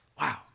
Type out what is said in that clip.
Wow